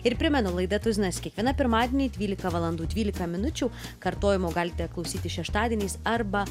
ir primenu laida tuzinas kiekvieną pirmadienį dvylika valandų dvylika minučių kartojimo galite klausytis šeštadieniais arba